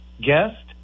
Guest